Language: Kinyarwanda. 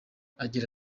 agira